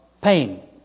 pain